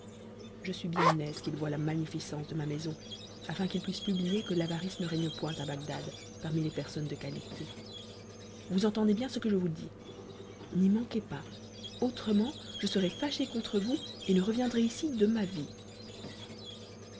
je suis bien aise qu'il voie la magnificence de ma maison afin qu'il puisse publier que l'avarice ne règne point à bagdad parmi les personnes de qualité vous entendez bien ce que je vous dis n'y manquez pas autrement je serai fâchée contre vous et ne reviendrai ici de ma vie